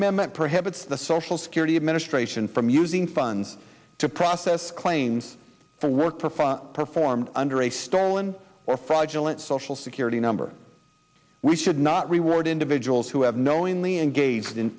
amendment prohibits the social security administration from using funds to process claims for work performed under a stolen or fraudulent social security number we should not reward individuals who have knowingly engaged in